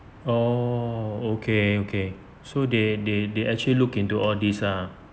oh okay okay so they they they actually look into all these ah